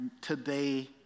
today